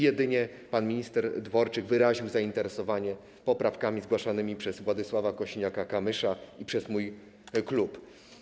Jedynie pan minister Dworczyk wyraził zainteresowanie poprawkami zgłaszanymi przez Władysława Kosiniaka-Kamysza i przez mój klub.